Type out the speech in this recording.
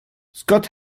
scott